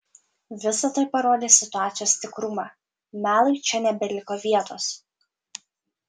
visa tai parodė situacijos tikrumą melui čia nebeliko vietos